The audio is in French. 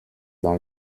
dans